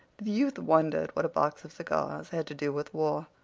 the youth wondered what a box of cigars had to do with war.